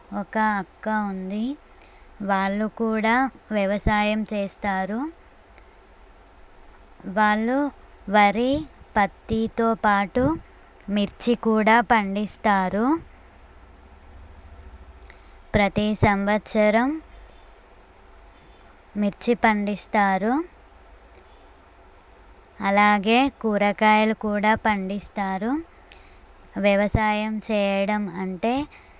ఒక అక్క ఉంది వాళ్ళు కూడా వ్యవసాయం చేస్తారు వాళ్ళు వరి పత్తితో పాటు మిర్చి కూడా పండిస్తారు ప్రతీ సంవత్సరం మిర్చి పండిస్తారు అలాగే కూరగాయలు కూడా పండిస్తారు వ్యవసాయం చేయడం అంటే